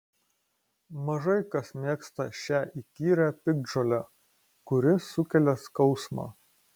mažai kas mėgsta šią įkyrią piktžolę kuri sukelia skausmą